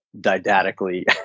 didactically